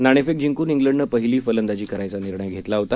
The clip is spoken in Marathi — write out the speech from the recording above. नाणेफेक जिंकून इंग्लंडनं पहिली फलंदाजी करायचा निर्णय घेतला होता